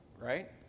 right